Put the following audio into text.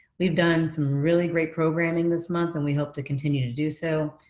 we've done some really great programing this month, and we hope to continue to do so.